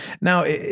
now